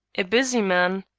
a busy man?